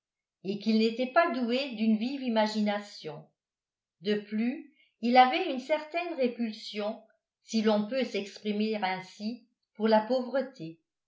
et qu'il n'était pas doué d'une vive imagination de plus il avait une certaine répulsion si l'on peut s'exprimer ainsi pour la pauvreté